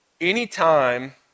Anytime